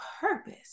purpose